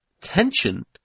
tension